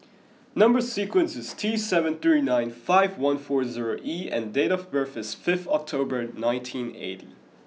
number sequence is T seven three nine five one four zero E and date of birth is fifth October nineteen eighty